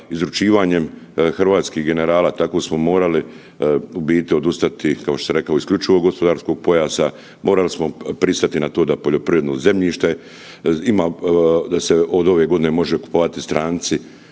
izručivanjem hrvatskih generala, tako smo morala odustati od kao što sam rekao isključivo gospodarskog pojasa, morali smo pristati na to da poljoprivredno zemljište ima da se od ove godine može kupovati stranci